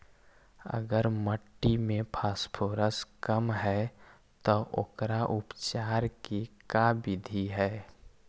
अगर मट्टी में फास्फोरस कम है त ओकर उपचार के का बिधि है?